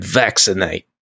vaccinate